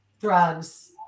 drugs